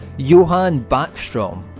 johannes bachstrom,